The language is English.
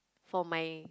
for my